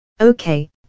Okay